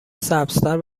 سبزتر